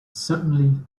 certainly